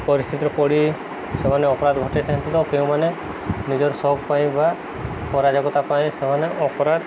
ପରିସ୍ଥିତିରେ ପଡ଼ି ସେମାନେ ଅପରାଧ ଘଟେଇଥାନ୍ତି ତ କେଉଁମାନେ ନିଜର ସୌକ ପାଇଁ ବା ପାଇଁ ସେମାନେ ଅପରାଧ